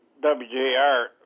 WJR